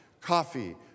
coffee